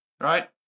right